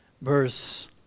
verse